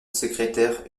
secrétaire